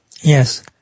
yes